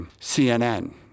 cnn